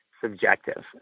subjective